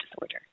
disorder